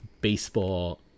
baseball